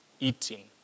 eating